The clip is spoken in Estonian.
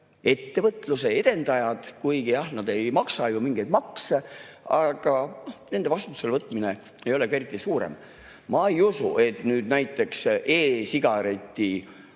ettevõtluse edendajad, kuigi nad ei maksa ju mingeid makse. Aga nende vastutusele võtmine ei ole ka eriti [oluline]. Ma ei usu, et näiteks e‑sigareti